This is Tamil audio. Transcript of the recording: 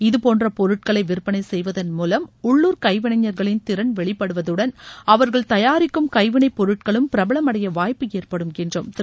இதபோன்ற பொருட்களை விற்பளை செய்வதன் மூலம் உள்ளுர் கைவினைஞர்களின் திறன் வெளிப்படுவதுடன் அவர்கள் தயாரிக்கும் கைவினைப் பொருட்களும் பிரபலமடைய வாய்ப்பு ஏற்படும் என்றும் திரு